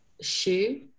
Shoe